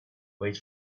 wait